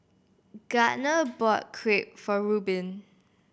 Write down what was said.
Gardner bought Crepe for Rubin